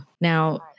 now